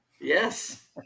Yes